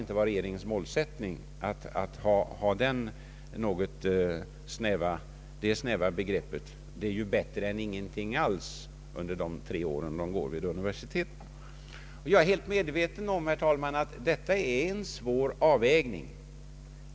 Men ett sådant snävt synsätt kan väl ändå inte vara regeringens målsättning, när det gäller den högre utbildningen? Jag är medveten om, herr talman, att det här är fråga om en svår avvägning.